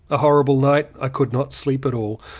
a horrible night i could not sleep at all,